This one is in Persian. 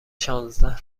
شانزده